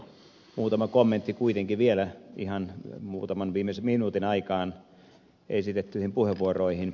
muutama kommentti kuitenkin vielä ihan muutaman viimeisen minuutin aikaan esitettyihin puheenvuoroihin